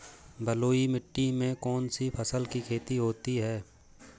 बलुई मिट्टी में कौनसी फसल की खेती होती है?